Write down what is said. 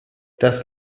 das